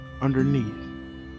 underneath